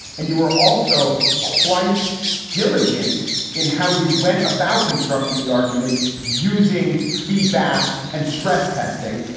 and you were also quite diligent in how you went about constructing the argument, using feedback and stress testing.